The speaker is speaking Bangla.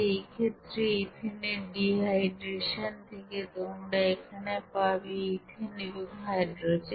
এই ক্ষেত্রে ইথেনের ডিহাইড্রেশন থেকে তোমরা এখানে পাবে ইথেন এবং হাইড্রোজেন